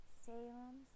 Salem's